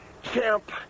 Camp